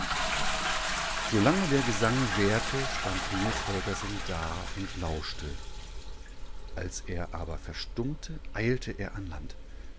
lange der gesang währte stand niels holgersen da und lauschte als er aber verstummte eilte er an land